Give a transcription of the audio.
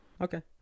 Okay